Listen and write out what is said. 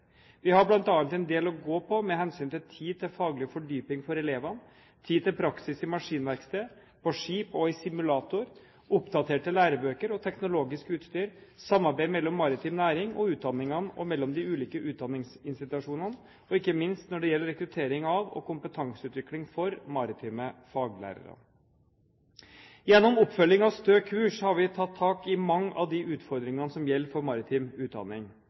Vi har bl.a. en del å gå på med hensyn til tid til faglig fordypning for elevene, tid til praksis i maskinverksted, på skip og i simulator, oppdaterte lærebøker og teknologisk utstyr, samarbeid mellom maritim næring og utdanningene og mellom de ulike utdanningsinstitusjonene, og ikke minst når det gjelder rekruttering av og kompetanseutvikling for maritime faglærere. Gjennom oppfølging av «Stø kurs» har vi tatt tak i mange av de utfordringene som gjelder for maritim utdanning.